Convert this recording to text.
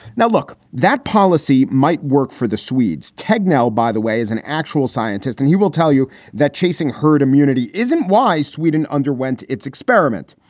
now, look, that policy might work for the swedes, technical, by the way, as an actual scientist. and he will tell you that chasing herd immunity isn't why sweden underwent its experiment.